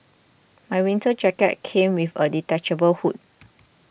my winter jacket came with a detachable hood